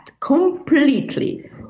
completely